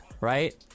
right